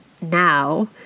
now